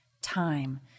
time